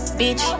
Bitch